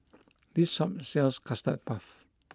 this shop sells Custard Puff